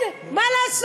כן, מה לעשות,